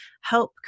help